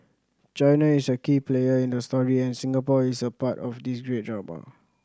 China is a key player in the story and Singapore is a part of this